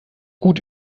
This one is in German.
gut